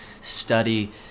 study